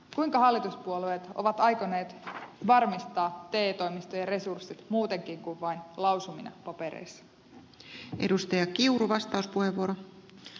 kuinka hallituspuolueet ovat aikoneet varmistaa te toimistojen resurssit muutenkin kuin vain lausumina papereissa